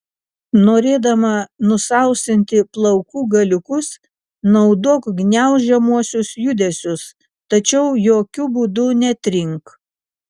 norėdama nusausinti plaukų galiukus naudok gniaužiamuosius judesius tačiau jokiu būdu netrink